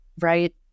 Right